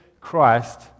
Christ